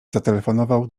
zatelefonował